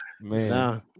Man